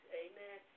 amen